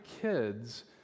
kids